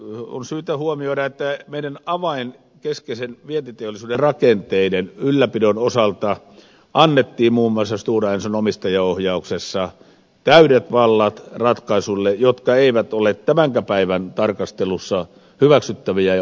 on syytä huomioida että meidän keskeisen vientiteollisuutemme rakenteiden ylläpidon osalta annettiin muun muassa stora enson omistajaohjauksessa täydet vallat ratkaisuille jotka eivät ole tämänkään päivän tarkastelussa hyväksyttäviä ja onnistuneita